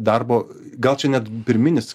darbo gal čia net pirminis